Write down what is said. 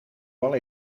wel